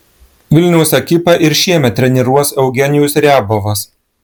vilniaus ekipą ir šiemet treniruos eugenijus riabovas